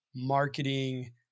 marketing